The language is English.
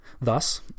Thus